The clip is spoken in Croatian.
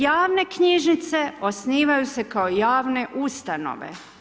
Javne knjižnice osnivaju se kao javne ustanove.